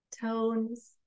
tones